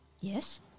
Yes